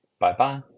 Bye-bye